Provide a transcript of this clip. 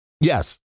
Yes